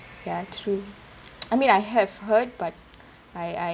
ya true I mean I have heard but I I